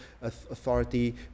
authority